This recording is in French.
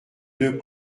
deux